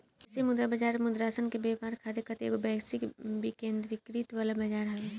विदेशी मुद्रा बाजार मुद्रासन के व्यापार खातिर एगो वैश्विक विकेंद्रीकृत वाला बजार हवे